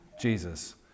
Jesus